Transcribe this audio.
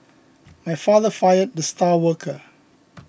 my father fired the star worker